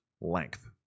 length